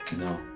No